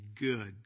good